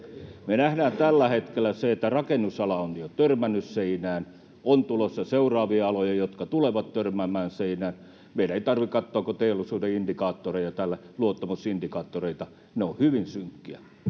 Me nähdään tällä hetkellä se, että rakennusala on jo törmännyt seinään. On tulossa seuraavia aloja, jotka tulevat törmäämään seinään. Meidän ei tarvitse katsoa kuin teollisuuden indikaattoreita täällä, luottamusindikaattoreita, ne ovat hyvin synkkiä.